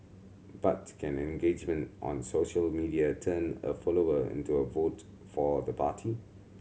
but can engagement on social media turn a follower into a vote for the party